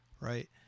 right